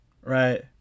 right